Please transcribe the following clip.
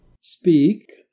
Speak